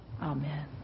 Amen